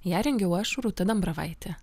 ją rengiau aš rūta dambravaitė